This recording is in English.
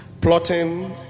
plotting